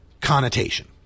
connotation